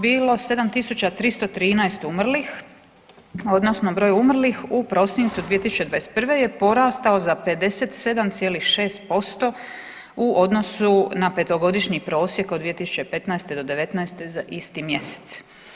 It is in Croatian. Bilo 7313 umrlih, odnosno broj umrlih u prosincu 2021. je porastao za 57,6% u odnosu na petogodišnji prosjek od 2015. do devetnaeste za isti mjesec.